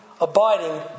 abiding